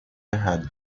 errado